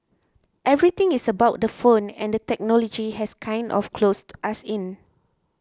everything is about the phone and the technology has kind of closed us in